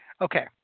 Okay